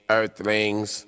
Earthlings